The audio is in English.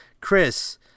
Chris